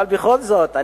אבל בכל זאת,